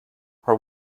her